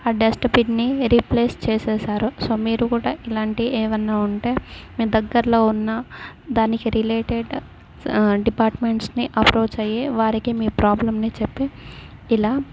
ఆ డస్ట్బిన్ని రీప్లేస్ చేసారు సో మీరు కూడా ఇలాంటి ఏమైన్నా ఉంటే మీ దగ్గరలో ఉన్న దానికి రిలేటెడ్ డిపార్ట్మెంట్స్ని అప్రోచ్ అయ్యి వారికి మీ ప్రాబ్లంని చెప్పి ఇలా